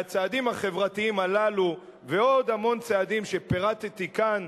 והצעדים החברתיים הללו ועוד המון צעדים שפירטתי כאן,